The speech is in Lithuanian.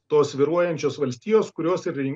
to svyruojančios valstijos kurios ir